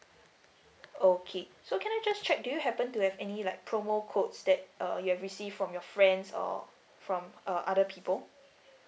okay so can I just check do you happen to have any like promo codes that uh you have received from your friends or from uh other people